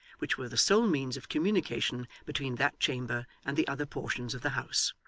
which were the sole means of communication between that chamber and the other portions of the house.